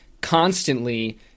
constantly